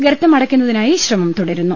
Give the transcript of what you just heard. ഗർത്തം അടയ്ക്കുന്നതിനായി ശ്രമം തുടരുന്നു